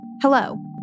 Hello